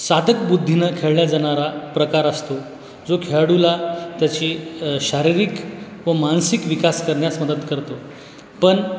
साधक बुद्धीनं खेळला जाणारा प्रकार असतो जो खेळाडूला त्याची शारीरिक व मानसिक विकास करण्यास मदत करतो पण